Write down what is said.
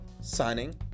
signing